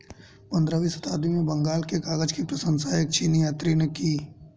पंद्रहवीं शताब्दी में बंगाल के कागज की प्रशंसा एक चीनी यात्री ने की